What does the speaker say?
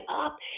up